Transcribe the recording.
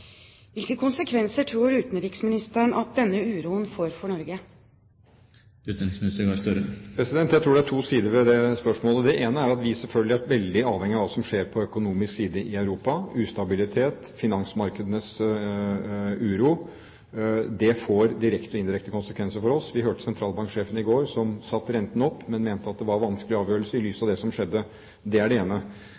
er to sider ved det spørsmålet. Det ene er at vi selvfølgelig er veldig avhengige av hva som skjer på økonomisk side i Europa: ustabilitet, finansmarkedenes uro. Det får direkte og indirekte konsekvenser for oss. Vi hørte sentralbanksjefen i går, som satte renten opp, men mente at det var en vanskelig avgjørelse i lys av